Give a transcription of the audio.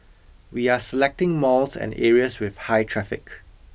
we are selecting malls and areas with high traffic